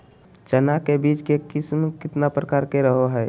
चना के बीज के किस्म कितना प्रकार के रहो हय?